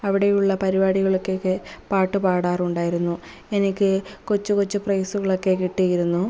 അവിടെയുള്ള പരിപാടികൾക്കൊക്കെ പാട്ട് പാടാറുണ്ടായിരുന്നു എനിക്ക് കൊച്ചു കൊച്ചു പ്രൈസുകളൊക്കെ കിട്ടിയിരുന്നു